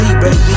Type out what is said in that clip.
baby